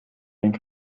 ein